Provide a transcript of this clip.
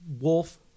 wolf